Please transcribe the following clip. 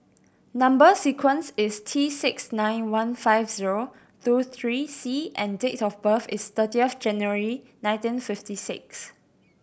number sequence is T six nine one five zero two three C and date of birth is thirtieth January nineteen fifty six